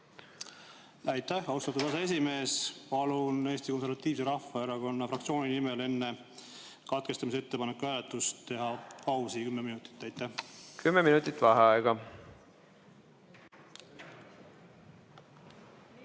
Aitäh, austatud aseesimees! Palun Eesti Konservatiivse Rahvaerakonna fraktsiooni nimel enne katkestamisettepaneku hääletust teha paus kümme minutit. Kümme minutit vaheaega.V